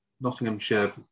Nottinghamshire